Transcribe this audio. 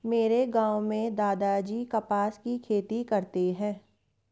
मेरे गांव में दादाजी कपास की खेती करते हैं